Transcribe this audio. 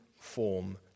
form